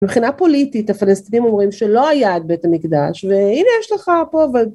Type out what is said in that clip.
מבחינה פוליטית הפלסטינים אומרים שלא היה את בית המקדש והנה יש לך פה